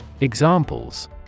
Examples